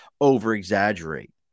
over-exaggerate